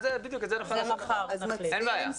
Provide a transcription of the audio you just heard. בדיוק, את זה נוכל לעשות מחר, אין בעיה.